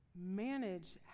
Manage